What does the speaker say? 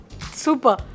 Super